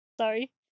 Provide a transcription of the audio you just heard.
Sorry